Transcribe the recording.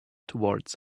towards